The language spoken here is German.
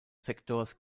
sektors